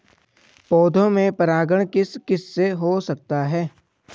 पौधों में परागण किस किससे हो सकता है?